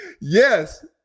Yes